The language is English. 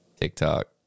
TikTok